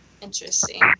interesting